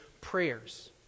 prayers